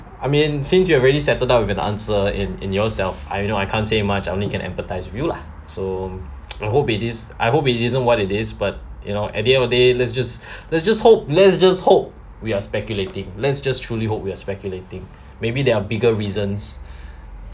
I mean since you already settled down with an answer in in yourself I don't know I can't say much I only can empathise with you lah so I hope it is I hope it isn't what it is but you know at the end of day let's just let's just hope let's just hope we are speculating let's just truly hope we are speculating maybe there are bigger reasons